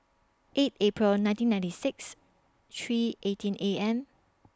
eight April nineteen ninety six three eighteen A M